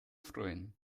freuen